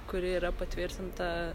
kuri yra patvirtinta